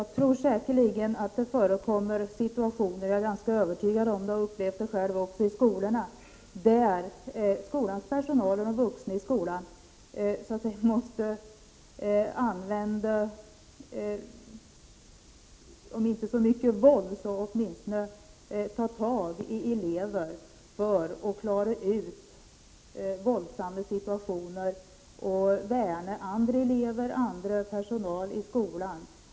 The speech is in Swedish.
Herr talman! Jag är övertygad om och har själv upplevt att det förekommer situationer i skolorna, där skolans personal och de vuxna i skolan måste, om inte använda våld så åtminstone ta tag i elever för att klara ut våldsamma situationer, för att värna andra elever och annan personal i skolan.